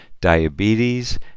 diabetes